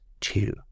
two